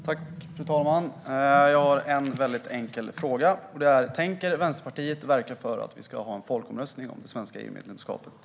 Fru talman! Jag har en mycket enkel fråga. Tänker Vänsterpartiet verka för att vi ska ha en folkomröstning om det svenska EU-medlemskapet?